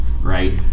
right